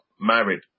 married